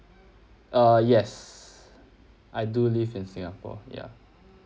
err yes I do live in singapore ya